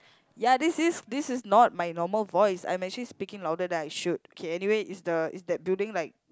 ya this is this is not my normal voice I'm actually speaking louder than I should okay anyway is the is that building like